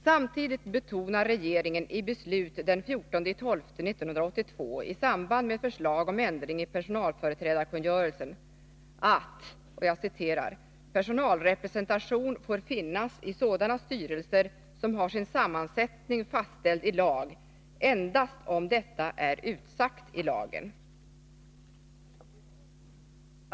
Samtidigt betonar regeringen i beslut den 14 december 1982 i samband med förslag om ändring i personalföreträdarkungörelsen att ”personalrepresentation får finnas i sådana styrelser som har sin sammansättning fastställd i lag endast om detta är utsagt i lagen”.